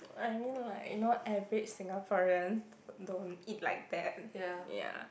I mean like you know average Singaporeans don't eat like that ya